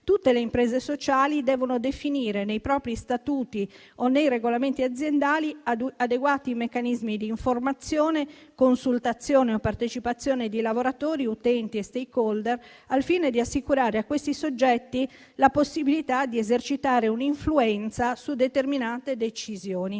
tutte le imprese sociali devono definire, nei propri statuti o nei regolamenti aziendali, adeguati meccanismi di informazione, consultazione o partecipazione di lavoratori, utenti e *stakeholder* al fine di assicurare a questi soggetti la possibilità di esercitare un'influenza su determinate decisioni.